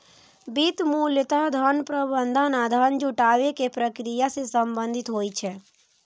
वित्त मूलतः धन प्रबंधन आ धन जुटाबै के प्रक्रिया सं संबंधित होइ छै